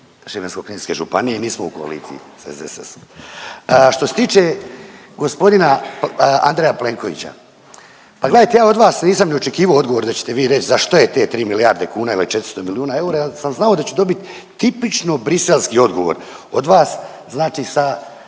Šibensko-kninske županije. Nismo u koaliciji sa SDSS-om. Što se tiče gospodina Andreja Plenkovića, pa gledajte ja od vas nisam ni očekivao odgovor da ćete vi reći za što je te tri milijarde kuna ili 400 milijuna eura, jer sam znao da ću dobiti tipično briselski odgovor od vas. Znači sa